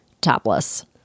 topless